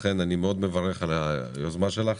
לכן אני מאוד מברך על היוזמה שלך